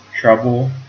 trouble